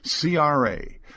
CRA